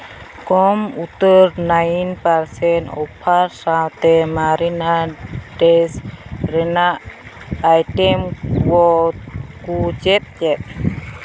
ᱠᱚᱢ ᱩᱛᱟᱹᱨ nine percent offer ᱥᱟᱶᱛᱮ ᱢᱟᱨᱤᱱᱟᱰᱤᱥ ᱨᱮᱱᱟᱜ ᱟᱭᱴᱮᱢ ᱠᱚ ᱠᱩ ᱪᱮᱫ ᱪᱮᱫ